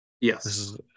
Yes